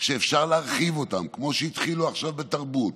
שאפשר להרחיב אותם, כמו שהתחילו עכשיו בתרבות,